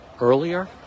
earlier